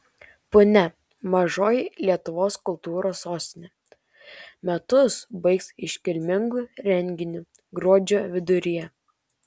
punia mažoji lietuvos kultūros sostinė metus baigs iškilmingu renginiu gruodžio viduryje